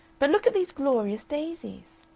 but look at these glorious daisies!